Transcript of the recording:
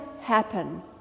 happen